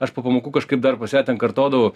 aš po pamokų kažkaip dar pas ją ten kartodavau